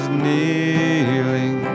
kneeling